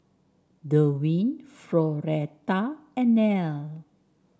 Derwin Floretta and Nelle